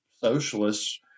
socialists